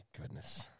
goodness